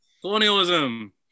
colonialism